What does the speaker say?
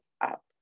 up